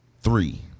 Three